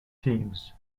teams